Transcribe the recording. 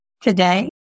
Today